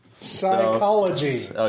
Psychology